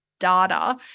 data